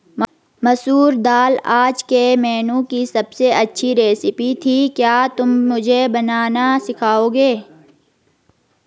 मसूर दाल आज के मेनू की अबसे अच्छी रेसिपी थी क्या तुम मुझे बनाना सिखाओंगे?